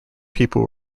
people